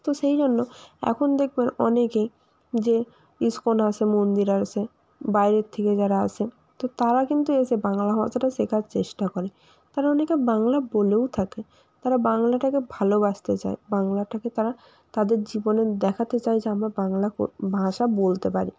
তো সেই জন্য এখন দেখবেন অনেকেই যে ইসকন আসে মন্দিরে আসে বাইরের থেকে যারা আসে তো তারা কিন্তু এসে বাংলা ভাষাটা শেখার চেষ্টা করে তারা অনেকে বাংলা বলেও থাকে তারা বাংলাটাকে ভালোবাসতে চায় বাংলাটাকে তারা তাদের জীবনে দেখাতে চায় যে আমরা বাংলা ভাষা বলতে পারি